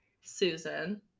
Susan